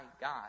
God